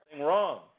wrong